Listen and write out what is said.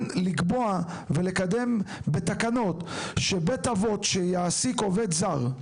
לקבוע ולקדם בתקנות שבית אבות שיעסיק עובד זר,